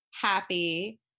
happy